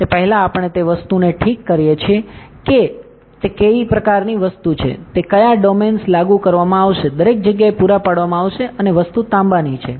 તે પહેલાં આપણે તે વસ્તુને ઠીક કરીએ છીએ કે તે કઈ પ્રકારની વસ્તુ છે તે કયા ડોમેન્સ લાગુ કરવામાં આવશે દરેક જગ્યાએ પૂરા પાડવામાં આવશે અને વસ્તુ તાંબાની છે